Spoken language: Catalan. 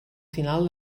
final